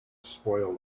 spoil